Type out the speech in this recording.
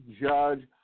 judge